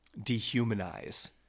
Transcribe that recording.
dehumanize